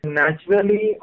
naturally